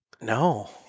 No